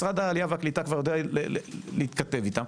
משרד העלייה והקליטה כבר יודע להתכתב איתם.